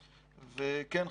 וכן,